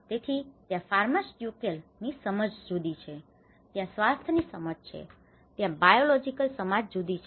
તેથી ત્યાં ફાર્માસ્યુટિકલ ની સમજ જુદી છે ત્યાં સ્વાસ્થ્ય ની સમજ છે ત્યાં બાયોલોજીકલ સમાજ જુદી છે